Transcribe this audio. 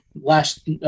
last